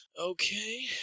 Okay